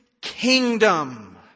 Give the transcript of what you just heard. kingdom